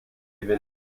gewinnt